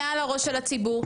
מעל הראש של הציבור.